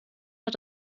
hat